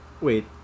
Wait